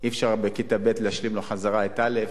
אי-אפשר בכיתה ב' להשלים לו חזרה את א',